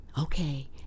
Okay